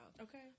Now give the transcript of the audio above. Okay